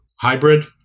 hybrid